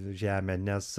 žemę nes